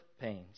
pains